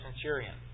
centurion